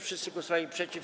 Wszyscy głosowali przeciw.